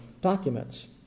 documents